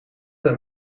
ten